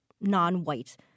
non-white